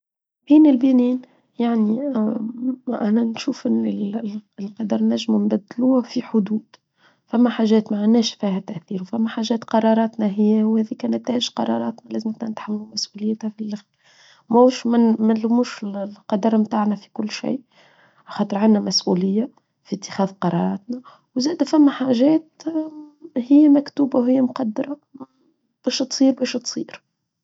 بين البنين يعني أنا نشوف أن القدر ناجم نبدله في حدود فما حاجات معناش فيها تأثير فما حاجات قراراتنا هي وذي كانت هاش قراراتنا لازم نتحملوا مسؤوليتها في اللغة مانلومش القدر متاعنا في كل شيء خاطر عنا مسؤولية في اتخاذ قراراتنا وزادة فما حاجات هي مكتوبة وهي مقدرة باش تصير باش تصير.